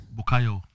Bukayo